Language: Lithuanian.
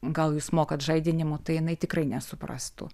gal jūs mokat žaidinimų tai jinai tikrai nesuprastų